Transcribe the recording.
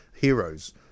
heroes